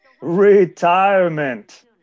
Retirement